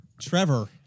Trevor